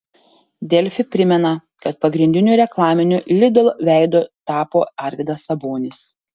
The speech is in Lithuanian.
delfi primena kad pagrindiniu reklaminiu lidl veidu tapo arvydas sabonis